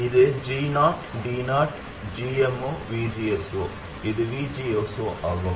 எனவே இது G0 D0 gm0VGS0 இது VGS0 ஆகும்